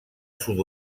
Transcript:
sud